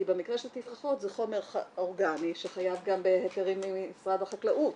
כי במקרה של תפרחות זה חומר אורגני שחייב גם בהיתרים ממשרד החקלאות.